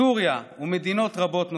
סוריה ומדינות רבות נוספות.